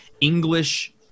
English